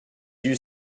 you